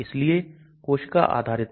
तो इस समानता को LogP कहा जाता है